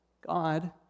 God